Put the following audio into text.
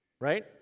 right